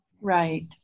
Right